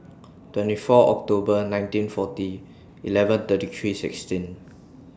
twenty four October nineteen forty eleven thirty three sixteen